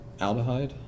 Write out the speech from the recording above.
aldehyde